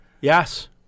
Yes